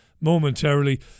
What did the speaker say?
momentarily